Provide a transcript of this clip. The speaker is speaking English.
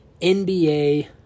NBA